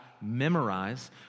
memorize